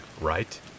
right